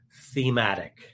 thematic